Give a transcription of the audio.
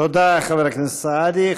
תודה, חבר הכנסת סעדי.